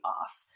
off